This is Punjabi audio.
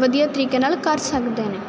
ਵਧੀਆ ਤਰੀਕੇ ਨਾਲ ਕਰ ਸਕਦੇ ਨੇ